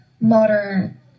modern